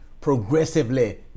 progressively